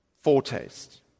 foretaste